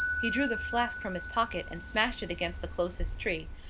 he drew the flask from his pocket and smashed it against the closest tree.